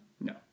No